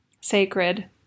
sacred